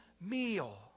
meal